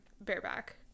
bareback